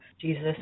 Jesus